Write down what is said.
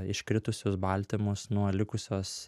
iškritusius baltymus nuo likusios